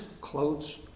clothes